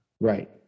right